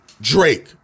Drake